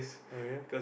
okay